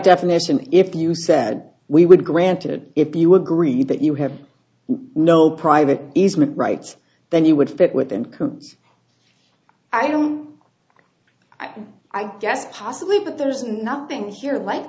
definition if you said we would granted if you agreed that you have no private easement rights then you would fit within coombes i don't i guess possibly but there's nothing here like